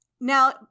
Now